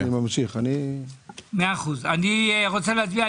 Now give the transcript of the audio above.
אני רוצה להצביע.